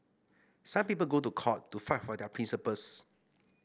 some people go to court to fight for their principles